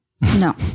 No